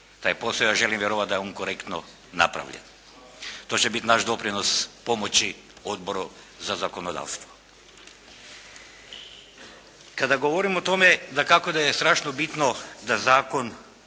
taj posao. Ja želim vjerovati da je on korektno napravljen. To će biti naš doprinos pomoći Odboru za zakonodavstvo. Kada govorim o tome, dakako da je strašno bitno da Zakon,